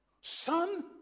Son